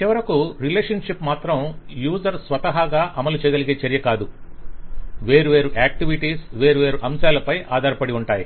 చివరకు రిలేషన్షిప్ మాత్రం యూసర్ స్వతహగా అమలు చేయగలిగే చర్య కాదు వేర్వేరు ఆక్టివిటీస్ వేర్వేరు అంశాలపై ఆధారపడి ఉంటాయి